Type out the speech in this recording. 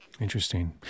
Interesting